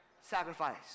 Sacrifice